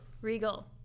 Regal